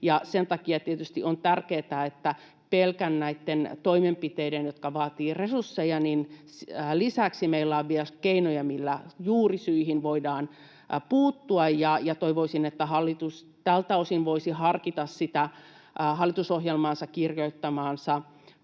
Sen takia tietysti on tärkeätä, että näiden pelkkien toimenpiteiden, jotka vaativat resursseja, lisäksi meillä on keinoja, joilla juurisyihin voidaan puuttua. Toivoisin, että hallitus tältä osin voisi harkita sitä hallitusohjelmaansa kirjoittamaansa